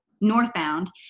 northbound